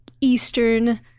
Eastern